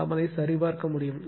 எனவே சரிபார்க்க முடியும்